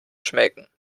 schmecken